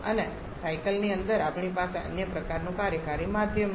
અને સાયકલની અંદર આપણી પાસે અન્ય પ્રકારનું કાર્યકારી માધ્યમ છે